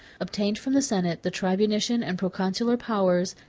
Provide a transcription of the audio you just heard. obtained from the senate the tribunitian and proconsular powers,